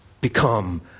become